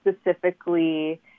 specifically